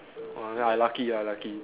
uh then I lucky ah lucky